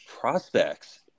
prospects